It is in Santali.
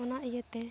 ᱚᱱᱟ ᱤᱭᱟᱹᱛᱮ